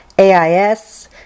AIS